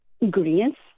ingredients